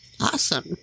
Awesome